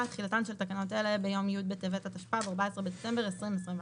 תחילתן של תקנות אלה ביום י' בטבת התשפ"ב (14 בדצמבר 2021)."